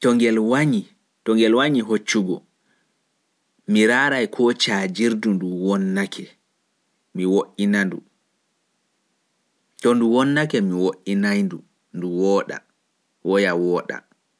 to ngel wannyi hoosugo mi raarai ko caajirdu ndun wonnake mi wo'ina ndu.